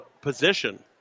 position